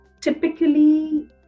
typically